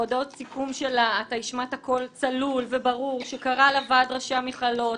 בהודעות הסיכום אתה השמעת קול צלול וברור שקרא לוועד ראשי המכללות,